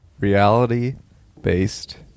reality-based